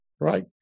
right